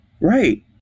Right